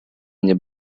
nie